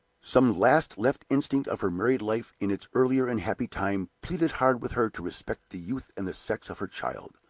some last-left instinct of her married life in its earlier and happier time pleaded hard with her to respect the youth and the sex of her child.